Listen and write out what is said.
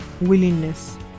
willingness